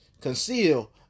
conceal